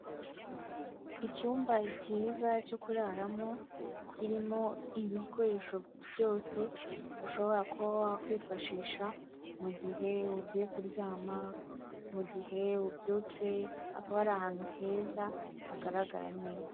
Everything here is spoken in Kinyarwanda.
Icyumba ni cyiza cyo kuraramo, kirimo ibikoresho byose ushobora kuba wakifashisha, mu gihe ugiye kuryama, mu gihe ubyutse, hakaba ari ahantu heza, hagaragara neza.